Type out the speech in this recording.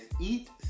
Eat